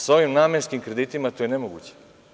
Sa ovim namenskim kreditima, to je nemoguće.